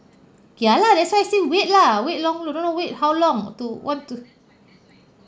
ya lah that's why I said wait lah wait long I don't know wait how long to want to